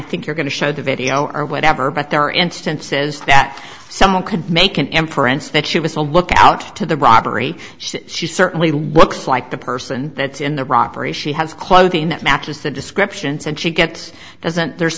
think you're going to show the video or whatever but there are instances that someone could make an empress that she was a lookout to the robbery so she certainly looks like the person that's in the robbery she has clothing that matches the description said she gets doesn't there's